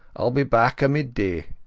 iall be back or midday a